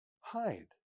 hide